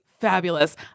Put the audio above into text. fabulous